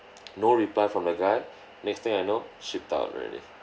no reply from the guy next thing I know shipped out already